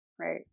right